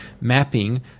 mapping